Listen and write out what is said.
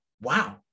wow